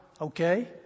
Okay